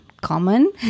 common